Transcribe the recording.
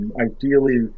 Ideally